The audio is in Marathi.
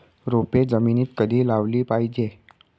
रोपे जमिनीत कधी लावली पाहिजे?